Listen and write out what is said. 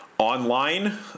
Online